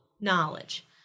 knowledge